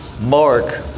Mark